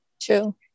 True